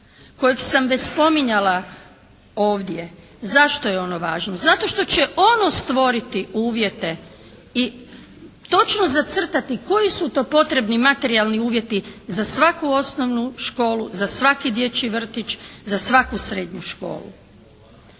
kojeg sam već spominjala ovdje. Zašto je ono važno? Zato što će ono stvoriti uvjete i točno zacrtati koji su to potrebni materijalni uvjeti za svaku osnovnu školu, za svaki dječji vrtić, za svaku srednju školu.